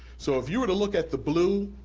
so if you were to look at the blue,